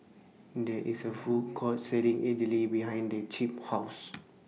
There IS A Food Court Selling Idly behind The Chip's House